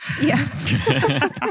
Yes